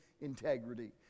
integrity